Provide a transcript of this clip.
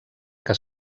que